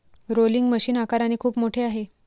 rolling machine आकाराने खूप मोठे आहे